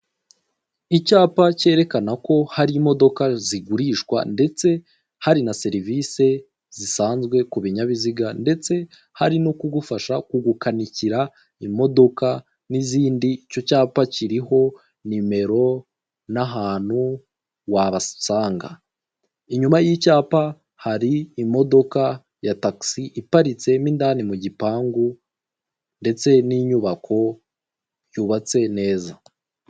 Icyapa cyerekana ko hari imodoka zigurishwa ndetse hari na serivisi zisanzwe ku binyabiziga, ndetse hari no kugufasha kugukanikira imodoka n'izindi icyo cyapa kiriho nimero n'ahantu wabasanga, inyuma y'icyapa hari imodoka ya tagisi iparitsemo indani mu gipangu ndetse n'inyubako yubatse neza.